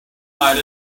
might